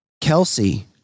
Kelsey